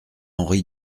henri